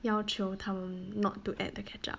要求他们 not to add the ketchup